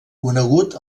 conegut